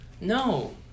No